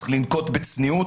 צריך לנקוט בצניעות,